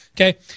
Okay